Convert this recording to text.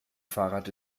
fahrrad